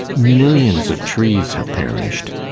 millions of trees have perished.